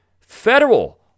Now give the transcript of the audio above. federal